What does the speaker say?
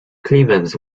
clemens